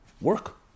work